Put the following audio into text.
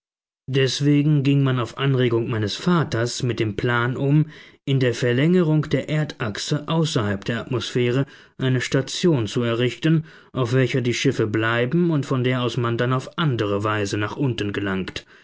deswegen ging man auf anregung meines vaters mit dem plan um in der verlängerung der erdachse außerhalb der atmosphäre eine station zu errichten auf welcher die schiffe bleiben und von der aus man dann auf andere weise nach unten gelangt